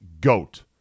goat